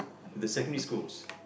the secondary schools